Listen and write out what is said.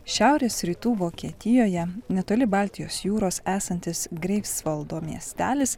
šiaurės rytų vokietijoje netoli baltijos jūros esantis greifsvaldo miestelis